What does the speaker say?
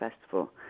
Festival